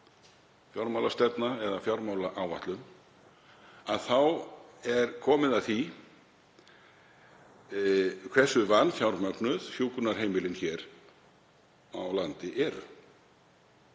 fjármálastefna eða fjármálaáætlun þá er komið að því hversu vanfjármögnuð hjúkrunarheimilin hér á landi eru.